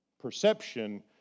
perception